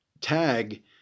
tag